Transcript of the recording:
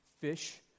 fish